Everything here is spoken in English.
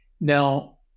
Now